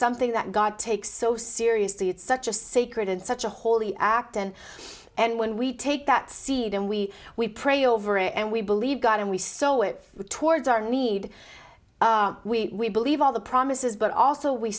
something that god takes so seriously it's such a sacred and such a holy act and and when we take that seed and we we pray over it and we believe god and we so towards our need we believe all the promises but also we